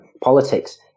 politics